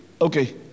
okay